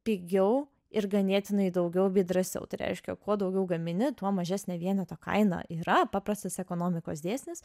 pigiau ir ganėtinai daugiau bei drąsiau tai reiškia kuo daugiau gamini tuo mažesnė vieneto kaina yra paprastas ekonomikos dėsnis